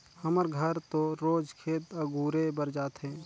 हमर घर तो रोज खेत अगुरे बर जाथे